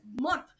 month